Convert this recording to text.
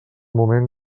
moment